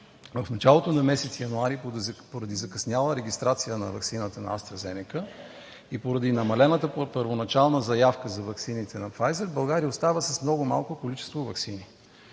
в началото на месец януари, поради закъсняла регистрация на ваксината на „Астра Зенека“ и поради намалената първоначална заявка за ваксините на „Пфайзер“, България остава с много малко количество ваксини.